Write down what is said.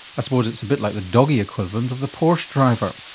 i suppose it's a bit like the doggy equivalent of the porsche driver.